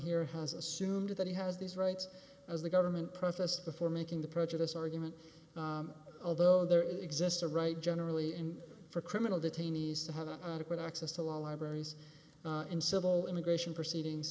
here has assumed that he has these rights as the government processed before making the purchase argument although there exists a right generally and for criminal detainees to have an adequate access to law libraries and civil immigration proceedings